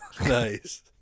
Nice